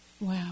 Wow